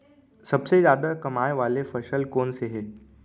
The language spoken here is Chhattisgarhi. सबसे जादा कमाए वाले फसल कोन से हे?